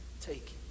Take